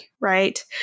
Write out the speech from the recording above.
right